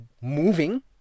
moving